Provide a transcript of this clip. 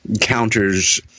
counters